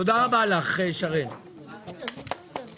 רוויזיה על הסתייגות מספר 27. מי בעד קבלת הרוויזיה?